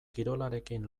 kirolarekin